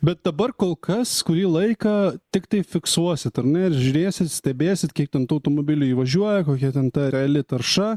bet dabar kol kas kurį laiką tiktai fiksuosit ar ne ir žiūrėsit stebėsit kiek ten tų automobilių įvažiuoja kokia ten ta reali tarša